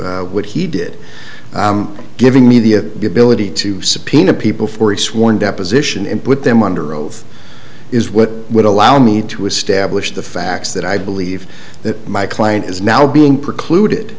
do what he did giving me the billeted to subpoena people for a sworn deposition and put them under oath is what would allow me to establish the facts that i believe that my client is now being precluded